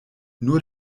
nur